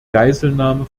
geiselnahme